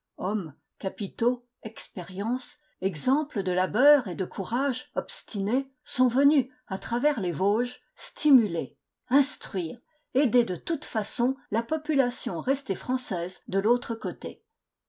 hommes capitaux expérience exemples de labeur et de courage obstinés sont venus à travers les vosges stimuler instruire aider de toute façon la population restée française de l'autre côté